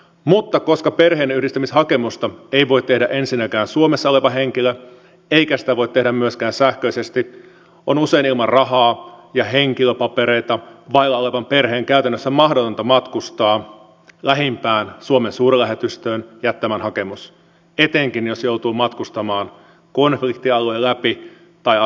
mutta koska perheenyhdistämishakemusta ei voi tehdä ensinnäkään suomessa oleva henkilö eikä sitä voi tehdä myöskään sähköisesti on usein ilman rahaa ja henkilöpapereita vailla olevan perheen käytännössä mahdotonta matkustaa lähimpään suomen suurlähetystöön jättämään hakemus etenkin jos joutuu matkustamaan konfliktialueen läpi tai asuu siellä